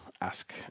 Ask